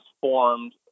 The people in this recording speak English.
formed